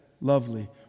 Lovely